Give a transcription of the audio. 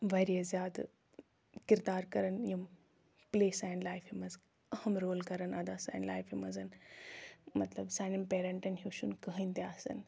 واریاہ زیادٕ کِردار کَران یِم پٕلے سانہِ لایفہِ منٛز أہَم رول کَران ادا سانہِ لایفہِ منٛز مطلب سانٮ۪ن پیرَنٹَن ہیٚو چھُنہٕ کٕہٲنۍ تہِ آسان